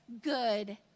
good